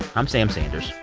i'm sam sanders.